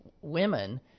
women